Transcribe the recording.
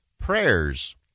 prayers